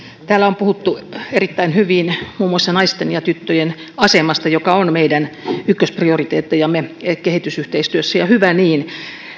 täällä on puhuttu erittäin hyvin muun muassa naisten ja tyttöjen asemasta joka on meidän ykkösprioriteettejamme kehitysyhteistyössä ja hyvä niin